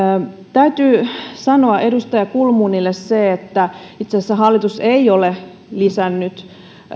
täytyy sanoa edustaja kulmunille se että itse asiassa hallitus ei ole lisännyt